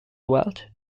weald